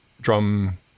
drum